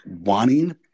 wanting